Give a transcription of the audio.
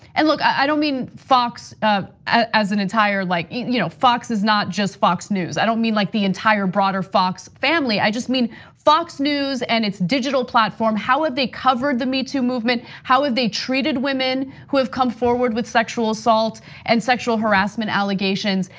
and look, i don't mean fox as an entire like, you know fox is not just fox news. i don't mean like the entire broader fox family, i just mean fox news and its digital platform. how have they covered the me too movement? how have they treated women who have come forward with sexual assault and sexual harassment allegations?